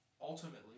ultimately